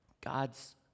God's